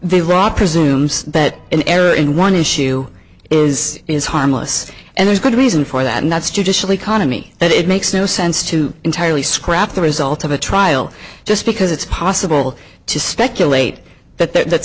wrought presumes that an error in one issue is is harmless and there's good reason for that and that's judicial economy that it makes no sense to entirely scrap the results of a trial just because it's possible to speculate that that